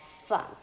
fun